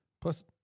plus